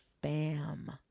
bam